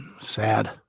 sad